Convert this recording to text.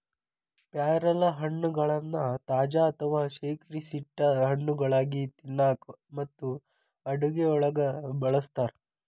ಪ್ಯಾರಲಹಣ್ಣಗಳನ್ನ ತಾಜಾ ಅಥವಾ ಶೇಖರಿಸಿಟ್ಟ ಹಣ್ಣುಗಳಾಗಿ ತಿನ್ನಾಕ ಮತ್ತು ಅಡುಗೆಯೊಳಗ ಬಳಸ್ತಾರ